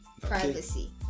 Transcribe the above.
Privacy